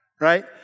right